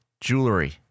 jewelry